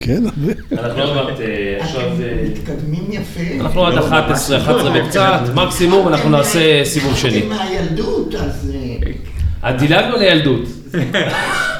כן? אנחנו עוד מעט, עכשיו... אתם מתקדמים יפה. אנחנו עד 11, 11 וקצת. מקסימום, אנחנו נעשה סיבוב שני. אתם מהילדות, אז... דילגנו לילדות.